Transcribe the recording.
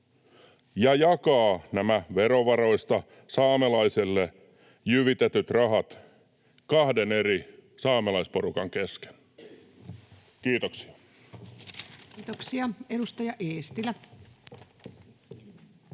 ja jakaa nämä verovaroista saamelaiselle jyvitetyt rahat kahden eri saamelaisporukan kesken. — Kiitoksia. Kiitoksia. — Edustaja Eestilä.